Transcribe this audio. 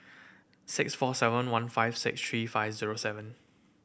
six four seven one five six three five zero seven